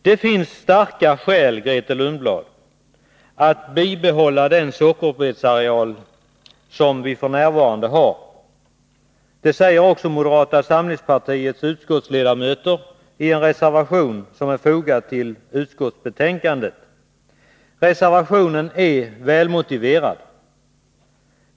Det finns starka skäl, Grethe Lundblad, för att bibehålla den sockerbetsareal som vi f. n. har. Det säger också moderata samlingspartiets utskottsledamöter i en reservation som är fogad till utskottsbetänkandet. Reservationen är välmotiverad.